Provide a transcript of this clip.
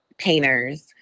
Painters